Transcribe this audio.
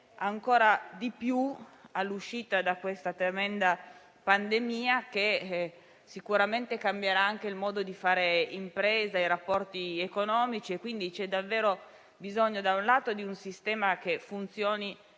ancora di più all'uscita da questa tremenda pandemia che sicuramente cambierà anche il modo di fare impresa e i rapporti economici. C'è davvero bisogno di un sistema che funzioni